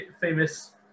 famous